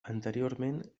anteriorment